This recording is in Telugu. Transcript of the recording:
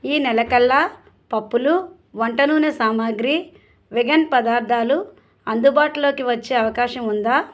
ఈ నెల కల్లా పప్పులు వంట నూనె సామాగ్రి వెగన్ పదార్థాలు అందుబాటులోకి వచ్చే అవకాశం ఉందా